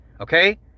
okay